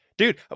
Dude